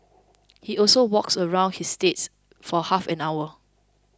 he also walks around his estate for half an hour